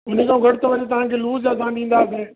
उन खां घटि त वरी तव्हां खे लूज असां ॾींदासीं